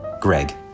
Greg